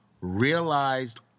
realized